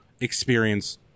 experience